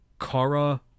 kara